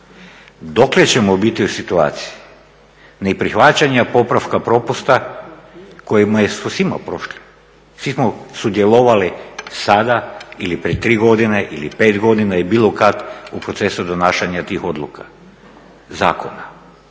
Dokle ćemo biti u situaciji neprihvaćanja popravka propusta kojima su svima prošli, svi smo sudjelovali sada ili prije tri godine ili pet godina ili bilo kad u procesu donašanja tih odluka, zakona